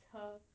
it's just her